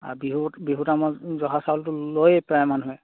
আৰু বিহুত বিহুত আামাৰ জহা চাউলটো লয়েই প্ৰায় মানুহে